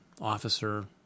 officer